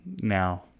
now